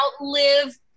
outlive